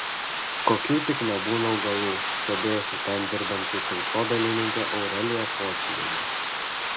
kokių tik nebūna augalų stebėjosi ten dirbanti tautodailininkė aurelija pociuvienė